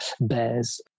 bears